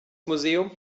museum